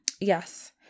Yes